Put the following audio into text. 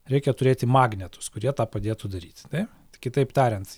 reikia turėti magnetus kurie tą padėtų daryti taip kitaip tariant